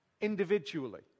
Individually